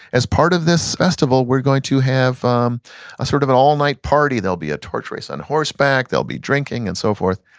as part of this festival we're going to have um ah sort of an all night party. they'll be a torch race on horseback, they'll be drinking and so forth.